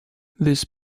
this